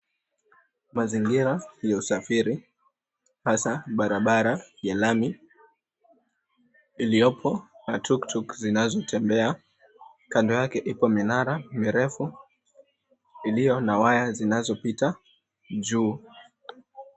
Mazingira ya usafiri, hasa barabara ya lami, iliyopo na [tuktuk] zinazotembea. Kando yake ipo minara mirefu iliyo na waya zinazopita juu.